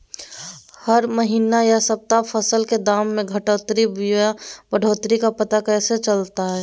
हरी महीना यह सप्ताह फसल के दाम में घटोतरी बोया बढ़ोतरी के पता कैसे चलतय?